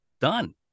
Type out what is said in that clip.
done